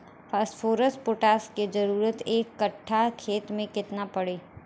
Phosphorus potash के जरूरत एक कट्ठा खेत मे केतना पड़ी?